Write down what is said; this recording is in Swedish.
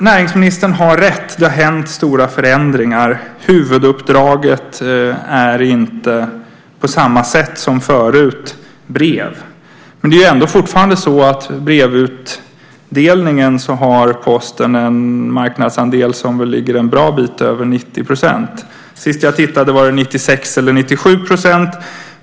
Näringsministern har rätt, det har hänt stora förändringar. Huvuduppdraget gäller inte på samma sätt som förut brev. Men fortfarande har Posten när det gäller brevutdelningen en marknadsandel som ligger en bra bit över 90 %. Senast jag tittade var det 96-97 %.